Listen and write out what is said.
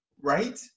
right